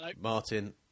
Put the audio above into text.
Martin